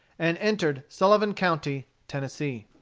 and entered sullivan county, tennessee.